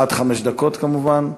עד חמש דקות, כמובן.